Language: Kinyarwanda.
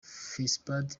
fesipadi